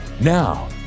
now